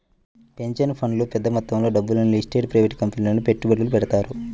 pension ఫండ్లు పెద్ద మొత్తంలో డబ్బును లిస్టెడ్ ప్రైవేట్ కంపెనీలలో పెట్టుబడులు పెడతారు